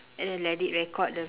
and then let it record the